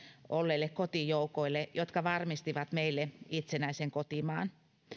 olleille kotijoukoille jotka varmistivat meille itsenäisen kotimaan